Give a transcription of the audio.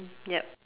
yup